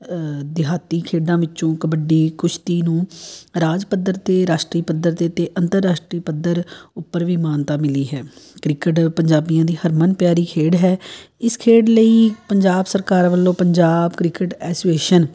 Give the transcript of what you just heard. ਦਿਹਾਤੀ ਖੇਡਾਂ ਵਿੱਚੋਂ ਕਬੱਡੀ ਕੁਸ਼ਤੀ ਨੂੰ ਰਾਜ ਪੱਧਰ 'ਤੇ ਰਾਸ਼ਟਰੀ ਪੱਧਰ 'ਤੇ ਅੰਤਰਰਾਸ਼ਟਰੀ ਪੱਧਰ ਉੱਪਰ ਵੀ ਮਾਨਤਾ ਮਿਲੀ ਹੈ ਕ੍ਰਿਕਟ ਪੰਜਾਬੀਆਂ ਦੀ ਹਰਮਨ ਪਿਆਰੀ ਖੇਡ ਹੈ ਇਸ ਖੇਡ ਲਈ ਪੰਜਾਬ ਸਰਕਾਰ ਵੱਲੋਂ ਪੰਜਾਬ ਕ੍ਰਿਕਟ ਐਸੋਸੀਏਸ਼ਨ